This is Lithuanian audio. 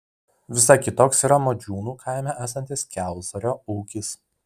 visai kitoks yra modžiūnų kaime esantis kiauzario ūkis